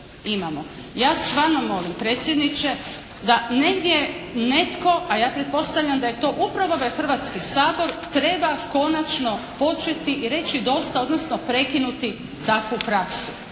Ja stvarno molim predsjedniče da negdje netko, a ja pretpostavljam da je to upravo ovaj Hrvatski sabor treba konačno početi i reći dosta, odnosno prekinuti takvu praksu.